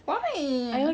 funny